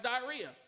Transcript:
diarrhea